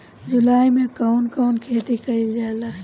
जुलाई मे कउन कउन खेती कईल जाला?